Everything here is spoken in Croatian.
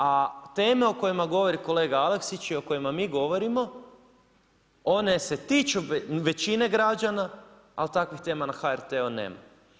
A teme o kojima govori kolega Aleksić i o kojima mi govorimo, one se tiču većine građana, ali takvih tema na HRT-u nema.